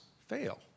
fail